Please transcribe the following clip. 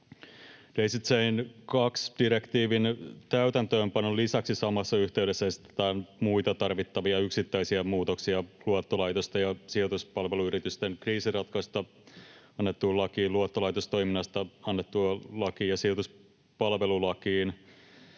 Daisy Chain 2 ‑direktiivin täytäntöönpanon lisäksi samassa yhteydessä esitetään muita tarvittavia yksittäisiä muutoksia luottolaitosten ja sijoituspalveluyritysten kriisinratkaisusta annettuun lakiin, luottolaitostoiminnasta annettuun lakiin ja sijoituspalvelulakiin,